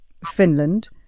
Finland